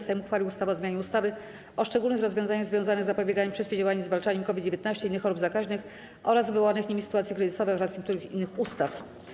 Sejm uchwalił ustawę o zmianie ustawy o szczególnych rozwiązaniach związanych z zapobieganiem, przeciwdziałaniem i zwalczaniem COVID-19, innych chorób zakaźnych oraz wywołanych nimi sytuacji kryzysowych oraz niektórych innych ustaw.